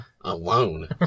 Alone